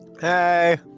Hey